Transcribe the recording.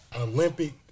Olympic